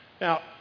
Now